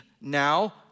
now